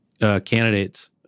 candidates